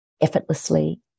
effortlessly